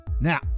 now